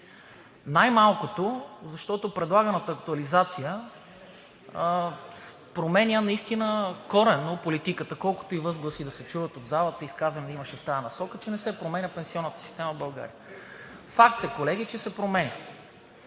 Василев, защото предлаганата актуализация най-малкото променя наистина коренно политиката, колкото и възгласи да се чуват от залата – изказвания имаше в тази насока, че не променя пенсионната система в България. Факт е, колеги, че се променя